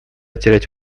терять